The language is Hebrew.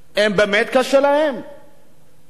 צריך להיות קשובים לצורכיהם.